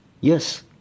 Yes